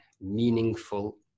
meaningful